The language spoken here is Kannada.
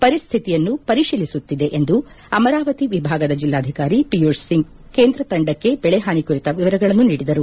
ಪರಿಸ್ವಿತಿಯನ್ನು ಪರಿಶೀಲಿಸುತ್ತಿದೆ ಎಂದು ಅಮರಾವತಿ ವಿಭಾಗದ ಜಿಲ್ಲಾಧಿಕಾರಿ ಪಿಯೂಷ್ ಸಿಂಗ್ ಕೇಂದ್ರದ ತಂಡಕ್ಕೆ ಬೆಳೆ ಹಾನಿ ಕುರಿತ ವಿವರಗಳನ್ನು ನೀಡಿದರು